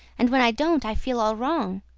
and when i don't i feel all wrong.